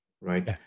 right